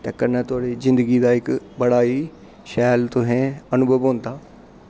ते कन्नै थुआढ़ी जिंदगी दा इक बड़ा ई शैल तुसेंगी अनुभव होंदा